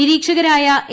നിരീക്ഷകരായ A